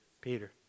Peter